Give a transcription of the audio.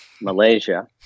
Malaysia